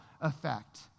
effect